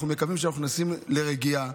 אנחנו מקווים שאנחנו נכנסים לרגיעה.